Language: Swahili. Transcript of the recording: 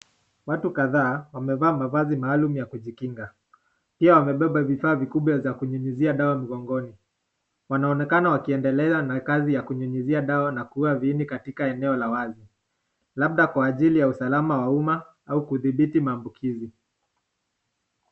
Watu kadhaa wamevaa mavazi maalum ya kujikinga. Pia wamebeba vifaa vikubwa vya kunyunyizia dawa migongoni. Wanaonekana wakiendelea na kazi ya kunyunyizia dawa na kuua viini katika eneo la wazi, labda kwa ajili ya usalama wa umma au kudhibiti maambukizi.